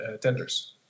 tenders